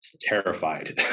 terrified